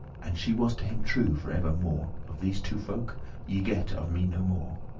and she was to him true for evermore of these two folk ye get of me no more.